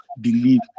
believe